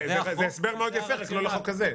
זה הסבר מאוד יפה, רק לא לחוק הזה.